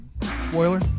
spoiler